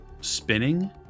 spinning